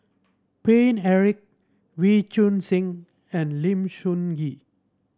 Paine Eric Wee Choon Seng and Lim Sun Gee